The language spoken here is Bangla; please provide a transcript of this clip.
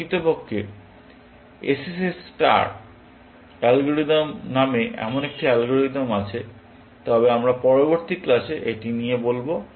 প্রকৃতপক্ষে এসএসএস স্টার অ্যালগরিদম নামে এমন একটি অ্যালগরিদম আছে তবে আমরা পরবর্তী ক্লাসে এটি নিয়ে বলব